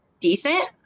decent